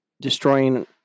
destroying